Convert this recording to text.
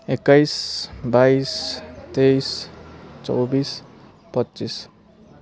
एक्काइस बाइस तेइस चौबिस पच्चिस